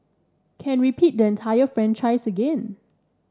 can repeat the entire franchise again